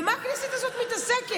במה הכנסת הזאת מתעסקת?